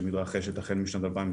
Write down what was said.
בשיתוף כמובן עם רשות החדשנות.